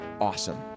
awesome